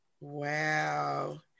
Wow